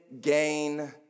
gain